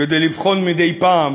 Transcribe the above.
כדי לבחון מדי פעם